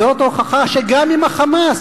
זו הוכחה שגם עם ה"חמאס",